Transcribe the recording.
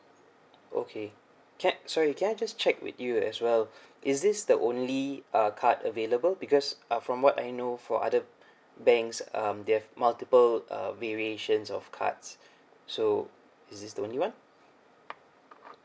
okay can sorry can I just check with you as well is this the only uh card available because uh from what I know for other banks um they have multiple uh variations of cards so is this the only [one]